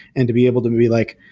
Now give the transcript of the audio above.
and to be able to be like,